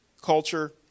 culture